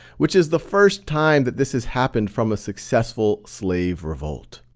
which is the first time that this has happened from a successful slave revolt.